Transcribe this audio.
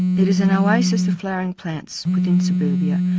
it is an oasis of flowering plants within suburbia,